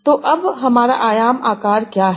तो अब हमारा आयाम आकार क्या है